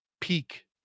peak